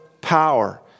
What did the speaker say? power